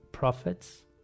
prophets